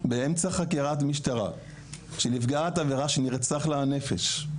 באמצע חקירת משטרה שהיא נפגעת עבירה שנרצחה לה הנפש,